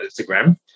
Instagram